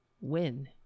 win